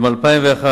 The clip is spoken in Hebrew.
ב-2001,